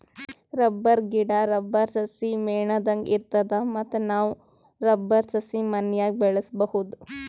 rubber ಗಿಡಾ, rubber ಸಸಿ ಮೇಣದಂಗ್ ಇರ್ತದ ಮತ್ತ್ ನಾವ್ ರಬ್ಬರ್ ಸಸಿ ಮನ್ಯಾಗ್ ಬೆಳ್ಸಬಹುದ್